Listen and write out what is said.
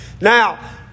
Now